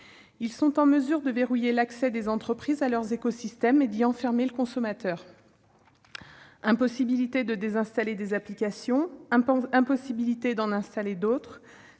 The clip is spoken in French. Ils sont ainsi en mesure de verrouiller l'accès des entreprises à leur écosystème et d'y enfermer les consommateurs. Impossibilité de désinstaller certaines applications, impossibilité d'en installer certaines